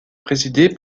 présidée